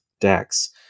decks